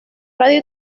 radio